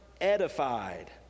edified